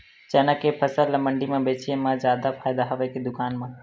चना के फसल ल मंडी म बेचे म जादा फ़ायदा हवय के दुकान म?